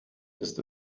ist